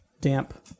damp